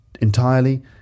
entirely